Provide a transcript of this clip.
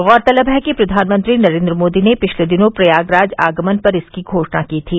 गौरतलब है कि प्रधानमंत्री नरेन्द्र मोदी ने पिछले दिनों प्रयागराज आगमन पर इसकी घोषणा की थी